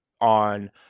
on